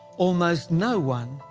almost no one,